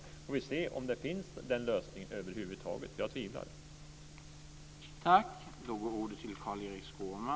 Då får vi se om den lösningen över huvud taget finns. Jag tvivlar på det.